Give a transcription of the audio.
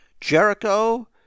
Jericho